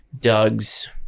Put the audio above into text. Doug's